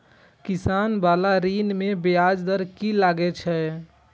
किसान बाला ऋण में ब्याज दर कि लागै छै?